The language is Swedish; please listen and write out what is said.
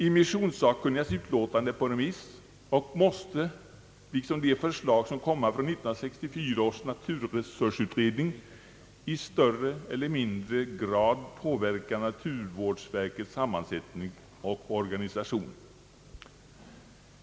Immissionssakkunnigas utlåtande är på remiss och måste liksom de förslag som kommer från 1964 års naturresursutredning i större eller mindre grad påverka naturvårdsverkets sammansättning och organisation.